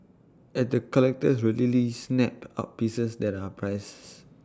and the collectors readily snap up pieces that are prices